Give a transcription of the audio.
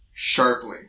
sharply